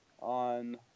on